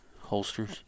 Holsters